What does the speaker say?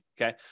okay